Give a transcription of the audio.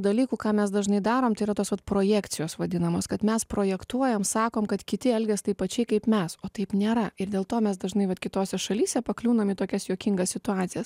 dalykų ką mes dažnai darom tai yra tos projekcijos vadinamos kad mes projektuojam sakom kad kiti elgias taip pačiai kaip mes o taip nėra ir dėl to mes dažnai vat kitose šalyse pakliūnam į tokias juokingas situacijas